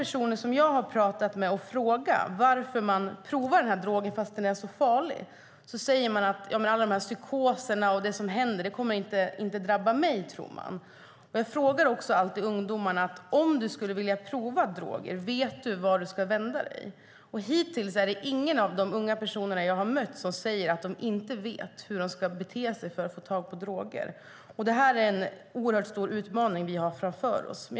De unga som jag har frågat varför de prövar drogen fast den är farlig har svarat att de inte tror att de kommer att drabbas av psykoser och annat som händer. Jag frågar också alltid ungdomarna om de vet vart de ska vända sig om de vill pröva droger. Hittills har ingen av de unga jag mött sagt att de inte vet hur de ska få tag på droger. Vi har alltså en stor utmaning framför oss.